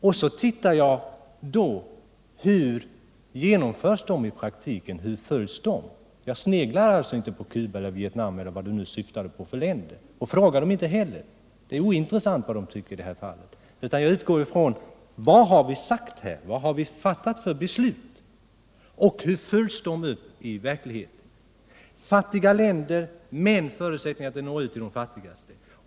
Jag har tittat på hur de i praktiken följs. Jag sneglar alltså inte på Cuba eller Vietnam eller vad det nu var för länder Ola Ullsten syftade på. Jag frågar dem inte heller — det är ointressant vad de tycker i det här fallet. Jag utgår ifrån de beslut vi har fattat på det här området och tittar på hur de i verkligheten följs upp. Vi har sagt att biståndet skall gå till fattiga länder under förutsättning att det når ut till de fattigaste.